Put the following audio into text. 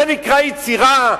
זה נקרא יצירה?